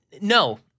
No